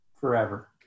forever